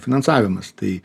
finansavimas tai